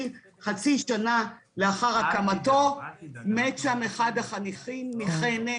חצי שנה לאחר הקמתו מת שם אחד החניכים מחנק.